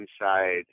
inside